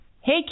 Hey